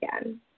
again